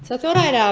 so thought i'd, um